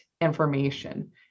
information